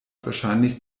wahrscheinlich